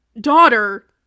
daughter